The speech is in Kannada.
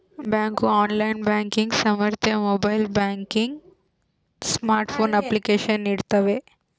ಬ್ಯಾಂಕು ಆನ್ಲೈನ್ ಬ್ಯಾಂಕಿಂಗ್ ಸಾಮರ್ಥ್ಯ ಮೊಬೈಲ್ ಬ್ಯಾಂಕಿಂಗ್ ಸ್ಮಾರ್ಟ್ಫೋನ್ ಅಪ್ಲಿಕೇಶನ್ ನೀಡ್ತವೆ